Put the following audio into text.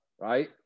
Right